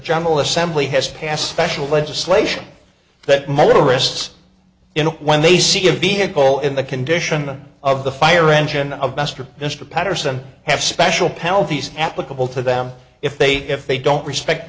general assembly has passed special legislation that motorists in when they see a vehicle in the condition of the fire engine of master mr patterson have special penalties applicable to them if they if they don't respect